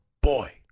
boy